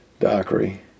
Dockery